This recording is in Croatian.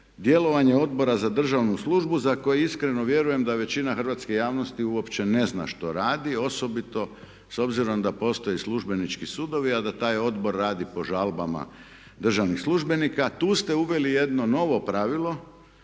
djelovanje Odbora za državu službu za koji iskreno vjerujem da većina hrvatske javnosti uopće ne zna što radi osobito s obzirom da postoje Službenički sudovi a da taj odbor radi po žalbama državnih službenika, tu ste naveli jedno novo pravilo